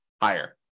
higher